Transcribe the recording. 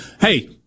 Hey